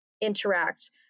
interact